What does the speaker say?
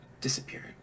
disappeared